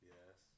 Yes